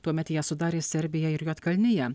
tuomet ją sudarė serbija ir juodkalnija